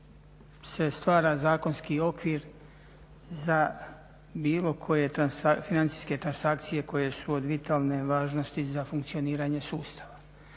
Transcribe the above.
se stvara zakonski okvir za bilo koje financijske transakcije koje su od vitalne važnosti za funkcioniranje sustava.